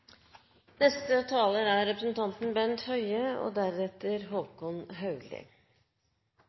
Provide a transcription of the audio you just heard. Neste taler er Håkon Haugli,